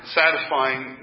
satisfying